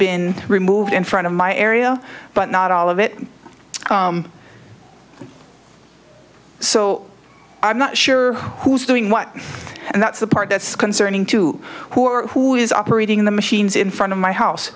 been removed in front of my area but not all of it so i'm not sure who's doing what and that's the part that's concerning to who are who is operating the machines in front of my house